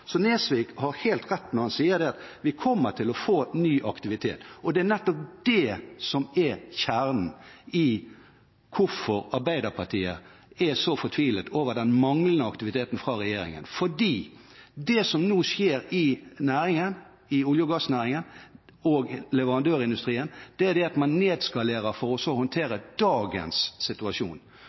så Nesvik har helt rett når han sier at vi kommer til å få ny aktivitet. Det er nettopp det som er kjernen i hvorfor Arbeiderpartiet er så fortvilet over den manglende aktiviteten fra regjeringen. For det som nå skjer i olje- og gassnæringen og leverandørindustrien, er at man nedskalerer for også å håndtere dagens situasjon